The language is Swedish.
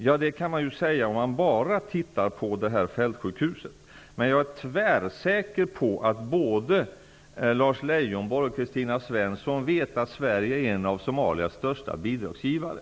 Ja, det kan man säga om man bara ser till sjukhuset. Men jag är tvärsäker på att både Lars Leijonborg och Kristina Svensson vet att Sverige är en av Somalias största bidragsgivare.